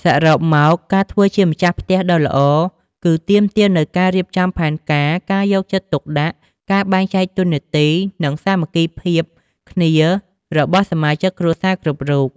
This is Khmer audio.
សរុបមក ការធ្វើជាម្ចាស់ផ្ទះដ៏ល្អ គឺទាមទារនូវការរៀបចំផែនការ ការយកចិត្តទុកដាក់ ការបែងចែកតួនាទី និងសាមគ្គីភាពគ្នារបស់សមាជិកគ្រួសារគ្រប់រូប។